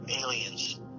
aliens